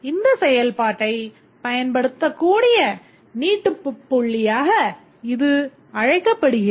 இந்த செயல்பாட்டைப் பயன்படுத்தக்கூடிய நீட்டிப்பு புள்ளியாக இது அழைக்கப்படுகிறது